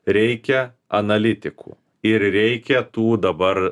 reikia analitikų ir reikia tų dabar